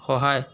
সহায়